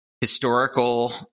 historical